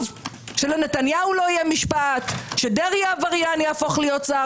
שלנתניהו לא יהיה משפט, שדרעי העבריין יהפוך לשר.